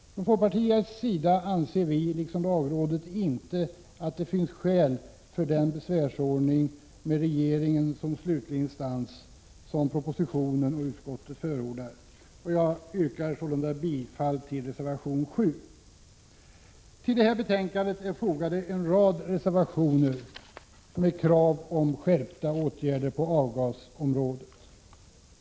Från folkpartiets sida anser vi liksom lagrådet inte att det finns skäl för den besvärsordning med regeringen som slutlig instans som propositionen och utskottet förordar. Jag yrkar sålunda bifall till reservation 7. Till betänkandet har fogats en rad reservationer med krav om skärpta åtgärder på avgasområdet.